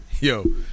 Yo